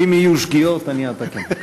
אם יהיו שגיאות אני אתקן.